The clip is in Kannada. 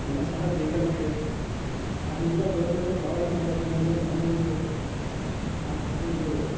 ಎಲ್ಲ ಸಹ ಬೇಕಾಗುತ್ತೆ ಅದನ್ನೆಲ್ಲ ಗೌರ್ಮೆಂಟು ಪ್ರೊವೈಡ್ ಮಾಡಬೇಕು ಅನ್ನೋದು ನಮ್ಮದೂ ಒಂದು ಮಾತು ಒಂದು